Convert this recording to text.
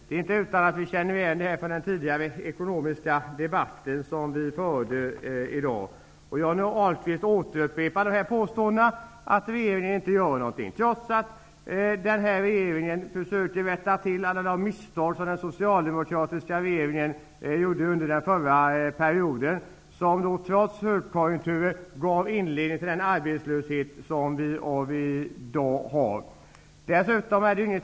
Det är inte utan att vi känner igen detta från den ekonomiska debatt som vi hörde tidigare i dag. Johnny Ahlqvist upprepar påståendet att regeringen inte gör någonting, trots att regeringen försöker rätta till alla de misstag som den socialdemokratiska regeringen gjorde under den förra mandatperioden. Dessa misstag, som gjordes trots högkonjunkturen, var inledningen till den arbetslöshet vi har i dag.